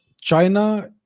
China